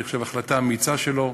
אני חושב, החלטה אמיצה שלו,